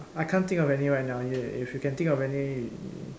err I can't think of any right now if if you can think of any you